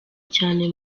cyane